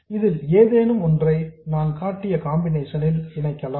இதில் ஏதேனும் ஒன்றை நான் காட்டிய கன்ஃபிகரேஷன் ல் இணைக்கலாம்